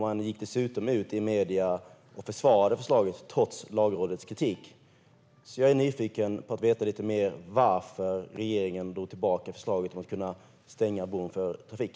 Man gick dessutom ut i medierna och försvarade förslaget trots Lagrådets kritik. Jag är alltså nyfiken på varför regeringen drog tillbaka förslaget om att kunna stänga bron för trafik.